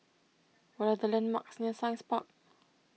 what are the landmarks near Science Park